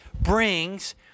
brings